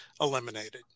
eliminated